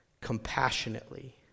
compassionately